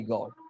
God